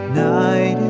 night